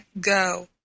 go